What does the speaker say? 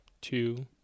two